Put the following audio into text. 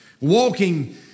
Walking